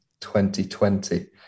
2020